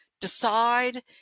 decide